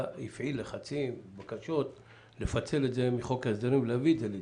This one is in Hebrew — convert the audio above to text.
הפעיל לחצים ובקשות לפצל את זה מחוק ההסדרים ולהביא את זה לדיון,